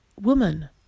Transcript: Woman